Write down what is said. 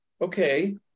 okay